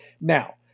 Now